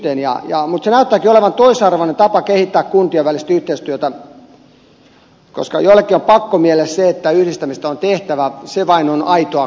mutta se näyttääkin olevan toisarvoinen tapa kehittää kuntien välistä yhteistyötä koska joillekin on pakkomielle se että yhdistämistä on tehtävä se vain on aitoa kuntaremonttia